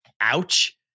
ouch